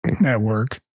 network